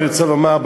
אני רוצה לומר,